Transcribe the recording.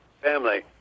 family